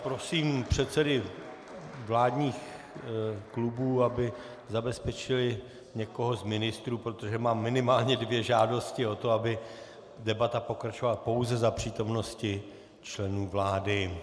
Prosím předsedy vládních klubů, aby zabezpečili někoho z ministrů, protože mám minimálně dvě žádosti o to, aby debata pokračovala pouze za přítomnosti členů vlády.